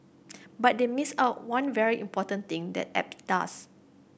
but they missed out one very important thing that app does